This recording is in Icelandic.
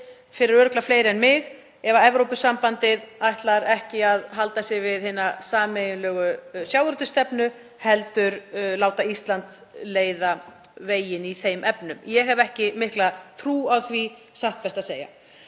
fyrir örugglega fleiri en mig ef Evrópusambandið ætlar ekki að halda sig við hina sameiginlegu sjávarútvegsstefnu heldur láta Ísland leiða veginn í þeim efnum. Ég hef ekki mikla trú á því, satt best að segja.